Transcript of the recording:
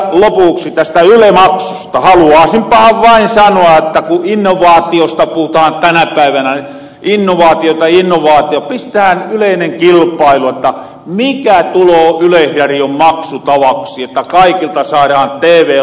haluaasimpahan vain sanoa että ku innovaatiosta puhutaan tänä päivänä innovaatioita ja innovaatioita niin pistetähän yleinen kilpailu jotta mikä tuloo yleisrarion maksutavaksi jotta kaikilta niiltä saarahan tv lupa jokka teeveetä katteloo